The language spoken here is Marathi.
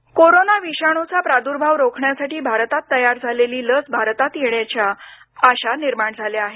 भारतीय लस कोरोना विषाणूचा प्रादुर्भाव रोखण्यासाठी भारतात तयार झालेली लस बाजारात येण्याच्या आशा निर्माण झाल्या आहेत